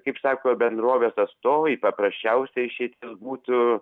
kaip sako bendrovės atstovai paprasčiausia išeitis būtų